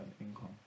income